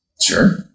Sure